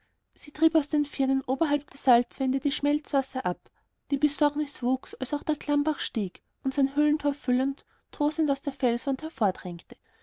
sie trieb aus den firnen oberhalb der salzwände die schmelzwasser ab die besorgnis wuchs als auch der klammbach stieg und sein höhlentor füllend tosend aus der felswand